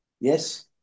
yes